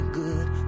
good